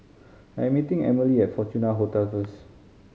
I am meeting Emilee at Fortuna Hotel first